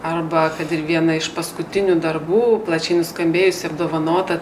arba kad ir vieną iš paskutinių darbų plačiai nuskambėjusį apdovanotą